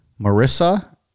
Marissa